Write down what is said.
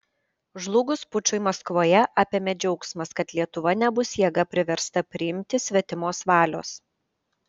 žlugus pučui maskvoje apėmė džiaugsmas kad lietuva nebus jėga priversta priimti svetimos valios